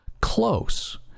Close